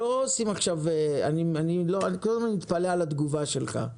אני קודם מתפלא על התגובה שלך,